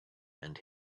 and